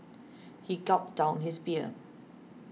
he gulped down his beer